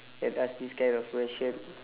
and ask this kind of question